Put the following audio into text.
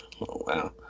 wow